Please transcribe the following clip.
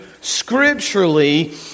scripturally